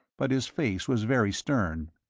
but his face was very stern.